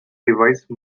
device